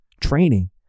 training